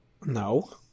No